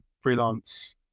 freelance